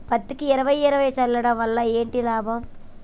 పత్తికి ఇరవై ఇరవై చల్లడం వల్ల ఏంటి లాభం?